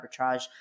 arbitrage